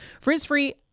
Frizz-free